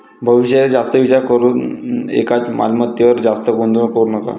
भविष्याचा जास्त विचार करून एकाच मालमत्तेवर जास्त गुंतवणूक करू नका